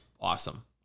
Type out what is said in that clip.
Awesome